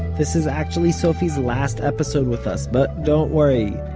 this is actually sophie's last episode with us, but don't worry,